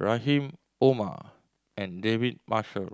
Rahim Omar and David Marshall